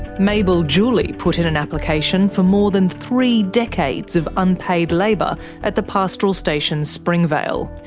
mabel juli put in an application for more than three decades of unpaid labour at the pastoral station springvale.